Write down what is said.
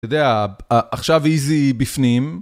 אתה יודע, עכשיו איזי בפנים.